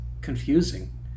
confusing